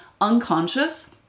unconscious